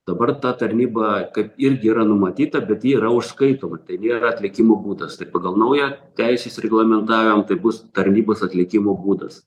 dabar ta tarnyba kaip irgi yra numatyta bet yra užskaitoma tai nėra atlikimo būdas tai pagal naują teisės reglamentavimą tai bus tarnybos atlikimo būdas